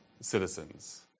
citizens